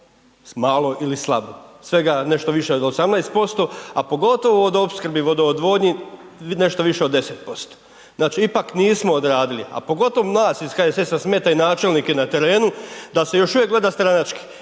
malo ili slabo, svega nešto više od 18% a pogotovo vodoopskrbi i vodoodvodnji, nešto više od 10%. Znači ipak nismo odradili, a pogotovo nas iz HSS-a smeta i načelnike na terenu da se još uvijek gleda stranački